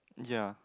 ya